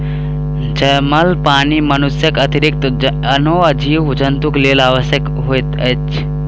जमल पानि मनुष्यक अतिरिक्त आनो जीव जन्तुक लेल आवश्यक होइत छै